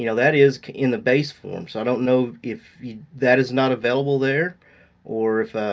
you know that is in the base form, so i don't know if that is not available there or if,